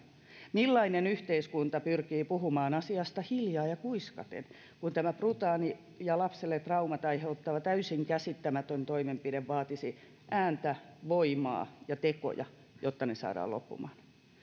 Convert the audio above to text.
millainen yhteiskunta pyrkii puhumaan asiasta hiljaa ja kuiskaten kun tämä brutaali ja lapselle traumat aiheuttava täysin käsittämätön toimenpide vaatisi ääntä voimaa ja tekoja jotta ne saadaan loppumaan